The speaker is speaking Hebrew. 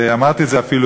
ואמרתי את זה אפילו